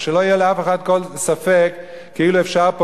ושלא יהיה לאף אחד כל ספק כאילו אפשר פה